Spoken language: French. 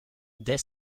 dès